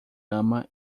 ama